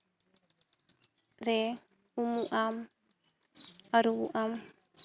ᱨᱮ ᱩᱢᱩᱜ ᱟᱢ ᱟᱹᱨᱩ ᱵᱚᱜ ᱟᱢ